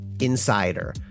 insider